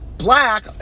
Black